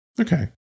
Okay